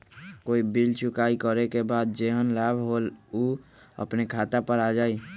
कोई बिल चुकाई करे के बाद जेहन लाभ होल उ अपने खाता पर आ जाई?